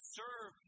serve